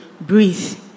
breathe